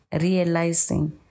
realizing